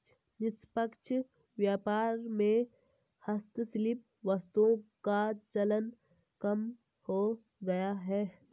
निष्पक्ष व्यापार में हस्तशिल्प वस्तुओं का चलन कम हो गया है